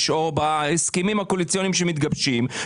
או בהסכמים הקואליציוניים שמתגבשים,